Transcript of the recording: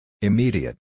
Immediate